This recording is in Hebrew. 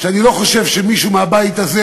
אני לא חושב שמישהו מהבית הזה